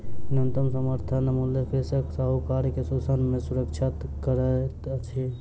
न्यूनतम समर्थन मूल्य कृषक साहूकार के शोषण सॅ सुरक्षा करैत अछि